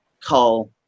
call